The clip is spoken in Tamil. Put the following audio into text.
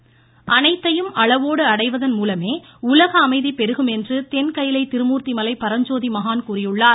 ரூரூரூ பரஞ்சோதி மகான் அனைத்தையும் அளவோடு அடைவதன்மூலமே உலக அமைதி பெருகும் என்று தென் கயிலை திருமூர்த்திமலை பரஞ்சோதி மகான் கூறியுள்ளார்